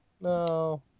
No